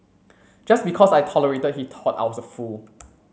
just because I tolerated he taught I was a fool